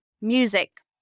music